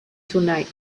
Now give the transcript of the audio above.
tonight